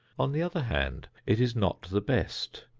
on the other hand it is not the best,